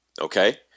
okay